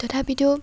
তথাপিতো